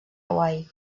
hawaii